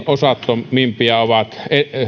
osattomimpia ovat